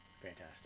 Fantastic